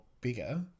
bigger